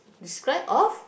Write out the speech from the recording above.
describe of